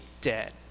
dead